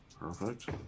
perfect